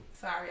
Sorry